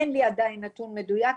אין לי עדיין נתון מדויק,